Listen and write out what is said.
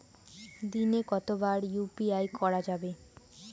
দিনে কতবার ইউ.পি.আই করা যাবে?